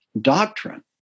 doctrine